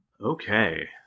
Okay